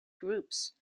groups